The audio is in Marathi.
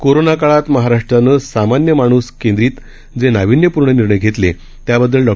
कोरोनाकाळात महाराष्ट्रानं सामान्य माणूस केंद्रीत जे नाविन्यपूर्ण निर्णय घेतले त्याबददल डॉ